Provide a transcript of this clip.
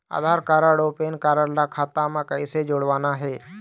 आधार card अऊ PAN card ला खाता म कइसे जोड़वाना हे?